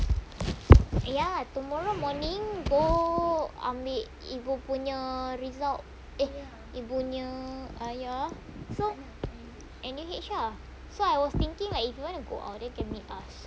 ya tomorrow morning go ambil ibu punya result eh ibunya ah ya so N_U_H ah so I was thinking like if you want to go out then can meet us